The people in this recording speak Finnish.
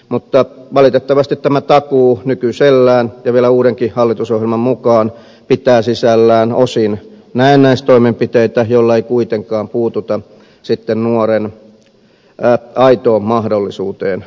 mutta valitettavasti tämä takuu nykyisellään ja vielä uudenkin hallitusohjelman mukaan pitää sisällään osin näennäistoimenpiteitä joilla ei kuitenkaan puututa sitten nuoren aitoon mahdollisuuteen työllistyä